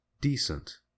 decent